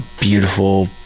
beautiful